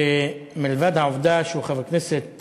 שמלבד העובדה שהוא חבר כנסת